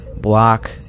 block